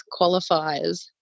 Qualifiers